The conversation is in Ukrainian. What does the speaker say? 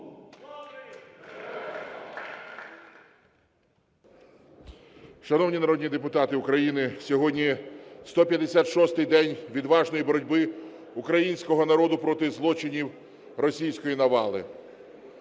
Шановні народні депутати України, сьогодні 156 день відважної боротьби українського народу проти злочинів російської навали.